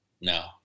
No